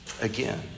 again